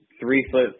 three-foot